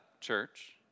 church